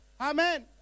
amen